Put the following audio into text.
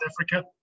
Africa